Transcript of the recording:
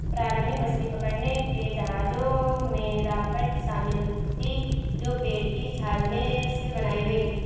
प्रारंभिक मछली पकड़ने के जहाजों में राफ्ट शामिल थीं जो पेड़ की छाल से बनाई गई